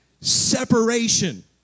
Separation